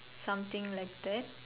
something like that